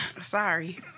Sorry